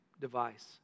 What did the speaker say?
device